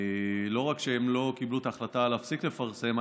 לא רק שהם לא קיבלו את ההחלטה להפסיק לפרסם,